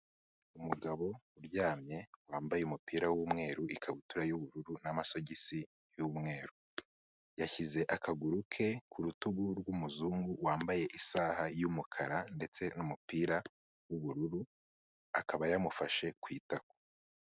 Umugabo uryamye wambaye umupira wumweru ikabutura y'ubururu n'amasogisi y'umweru, yashyize akaguru ke ku rutugu rw'umuzungu wambaye isaha y'umukara ndetse n'umupira w'ubururu, akaba yamufashe ku itako.